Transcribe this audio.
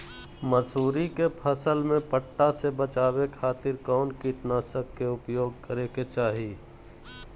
मसूरी के फसल में पट्टा से बचावे खातिर कौन कीटनाशक के उपयोग करे के चाही?